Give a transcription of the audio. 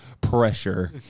pressure